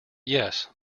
yes